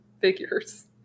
figures